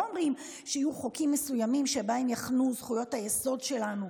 לא אומרים שיהיו חוקים מסוימים שבהם יחנו זכויות היסוד שלנו,